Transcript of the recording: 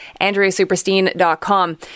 andreasuperstein.com